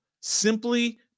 simply